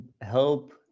help